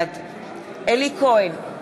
בעד אלי כהן,